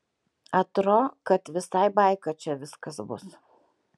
atro kad visai baika čia viskas bus